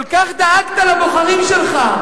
כל כך דאגת לבוחרים שלך.